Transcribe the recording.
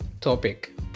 topic